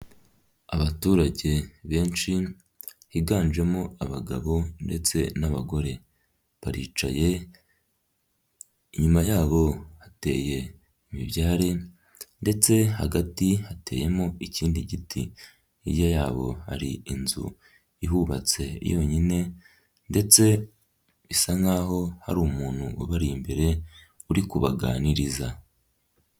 Abaturage benshi higanjemo abagabo ndetse n'abagore, baricaye inyuma yabo hateye imibyare ndetse hagati hateyemo ikindi giti, hirya yabo hari inzu ihubatse yonyine ndetse bisa nk'aho hari umuntu ubari imbere uri kubaganiriza.